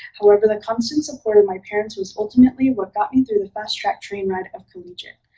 however, the constant support of my parents was ultimately what got me through the fast track train ride of collegiate.